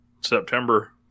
September